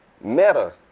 Meta